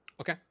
Okay